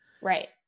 Right